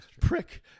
Prick